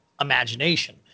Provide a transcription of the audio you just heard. imagination